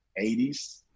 80s